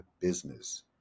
business